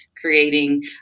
creating